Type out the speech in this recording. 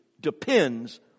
depends